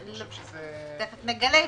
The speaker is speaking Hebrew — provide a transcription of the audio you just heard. אני חושב שזה --- תיכף נגלה.